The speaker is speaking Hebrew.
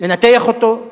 לנתח אותו,